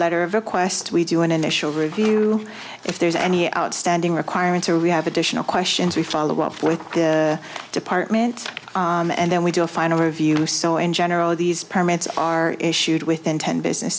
letter of request we do an initial review if there's any outstanding requirements or we have additional questions we follow up with the department and then we do a final review so in general these permits are issued within ten business